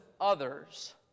others